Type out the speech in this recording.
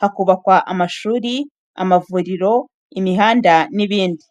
hakubakwa amashuri, amavuriro, imihanda n'ibindi.